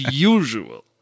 usual